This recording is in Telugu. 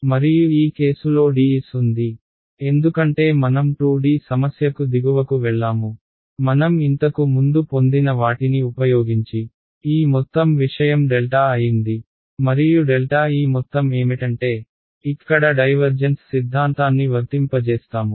మరియు ఈ కేసులో dS ఉంది ఎందుకంటే మనం 2D సమస్యకు దిగువకు వెళ్లాము మనం ఇంతకు ముందు పొందిన వాటిని ఉపయోగించి ఈ మొత్తం విషయం ∇ అయింది మరియు ∇ ఈ మొత్తం ఏమిటంటే ఇక్కడ డైవర్జెన్స్ సిద్ధాంతాన్ని వర్తింపజేస్తాము